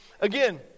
Again